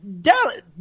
Dallas